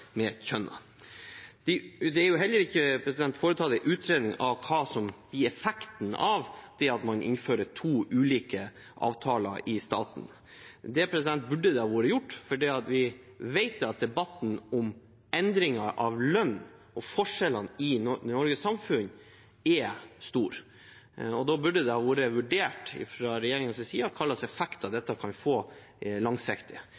Det er heller ikke foretatt en utredning av hva som blir effekten av at man innfører to ulike avtaler i staten. Det burde ha vært gjort, for vi vet at debatten om endringer av lønn og forskjellene i vårt samfunn er stor. Da burde det fra regjeringens side ha vært vurdert